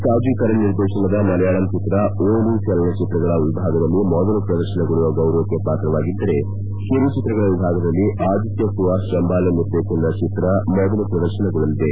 ಸಾಜಿ ಕರುಣ್ ನಿರ್ದೇಶನದ ಮಲೆಯಾಳಂ ಚಿತ್ರ ಓಲು ಚಲನಚಿತಗಳ ವಿಭಾಗದಲ್ಲಿ ಮೊದಲು ಪದರ್ಶನಗೊಳ್ಳುವ ಗೌರವಕ್ಕೆ ಪಾತವಾಗಿದ್ದರೆ ಕಿರು ಚಿತ್ರಗಳ ವಿಭಾಗದಲ್ಲಿ ಆದಿತ್ತ ಸುಹಾಸ್ ಜಂಬಾಲೆ ನಿರ್ದೇಶನದ ಚಿತ್ರ ಮೊದಲು ಪ್ರದರ್ಶನಗೊಳ್ಲಲಿದೆ